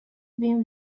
been